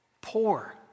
poor